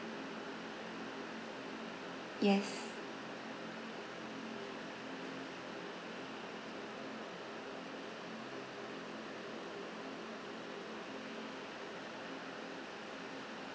yes